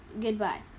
goodbye